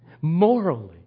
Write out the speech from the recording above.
morally